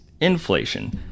inflation